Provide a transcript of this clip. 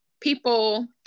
people